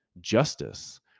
justice